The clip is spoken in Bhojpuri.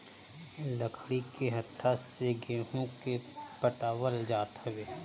लकड़ी के हत्था से गेंहू के पटावल जात हवे